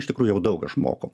iš tikrų jau daug išmokau